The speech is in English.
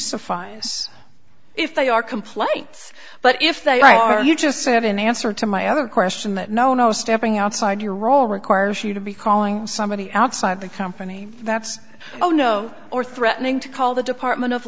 suffice if they are complaints but if they are you just have an answer to my other question that no no stepping outside your role requires you to be calling somebody outside the company that's oh no or threatening to call the department of